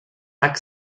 tak